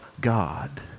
God